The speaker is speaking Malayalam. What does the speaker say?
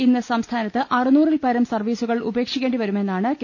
ഇന്ന് സംസ്ഥാനത്ത് അറുനൂറിൽപരം സർവീസുകൾ ഉപേക്ഷിക്കേണ്ടി വരുമെന്നാണ് കെ